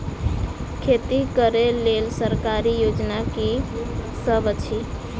खेती करै लेल सरकारी योजना की सब अछि?